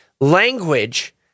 language